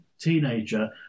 teenager